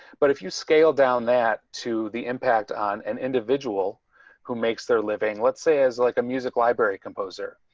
but if you scale down that to the impact on an individual who makes their living, let's say as like a music library composer.